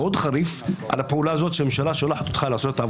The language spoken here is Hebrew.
--- יש את הצעת החוק --- דבי ביטון,